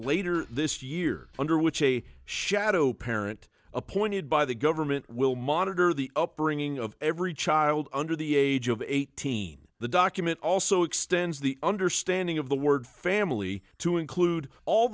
under which a shadow parent appointed by the government will monitor the upbringing of every child under the age of eighteen the document also extends the understanding of the word family to include all